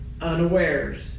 unawares